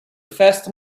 fast